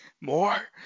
more